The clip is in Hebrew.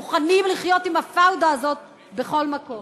מוכנים לחיות עם הפאודה הזאת בכל מקום.